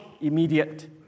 immediate